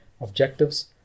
objectives